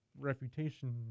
reputation